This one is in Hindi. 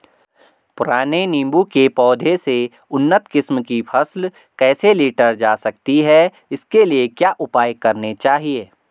पुराने नीबूं के पौधें से उन्नत किस्म की फसल कैसे लीटर जा सकती है इसके लिए क्या उपाय करने चाहिए?